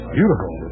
Beautiful